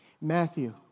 Matthew